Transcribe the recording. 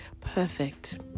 perfect